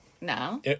No